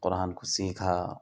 قرآن کو سیکھا